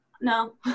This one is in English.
No